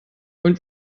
und